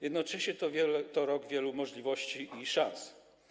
Jednocześnie jest to rok wielu możliwości i szans.